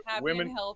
women